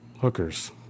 hookers